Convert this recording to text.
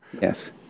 Yes